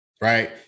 right